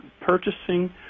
purchasing